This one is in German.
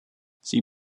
sie